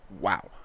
Wow